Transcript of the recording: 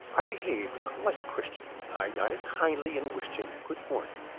i behaved like a christian again i nodded kindly, and wished him good-morning.